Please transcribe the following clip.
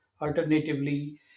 alternatively